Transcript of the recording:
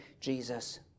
jesus